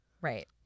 Right